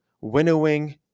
winnowing